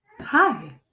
Hi